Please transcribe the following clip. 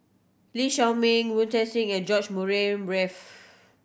Lee Shao Meng Wu Tsai Yen and George Murray Reith